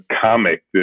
comic